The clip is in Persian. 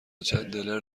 چندلر